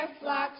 flocks